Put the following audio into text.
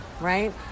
right